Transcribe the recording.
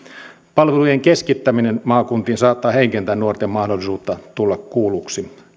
palvelujen keskittäminen maakuntiin saattaa heikentää nuorten mahdollisuutta tulla kuulluksi